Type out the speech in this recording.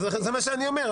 זה מה שאני אומר,